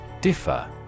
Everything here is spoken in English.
Differ